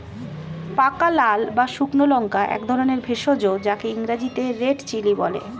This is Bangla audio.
পাকা লাল বা শুকনো লঙ্কা একধরনের ভেষজ যাকে ইংরেজিতে রেড চিলি বলে